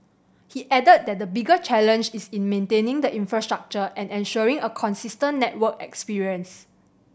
he added that the bigger challenge is in maintaining the infrastructure and ensuring a consistent network experience